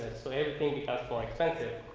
so everything, because for expensive,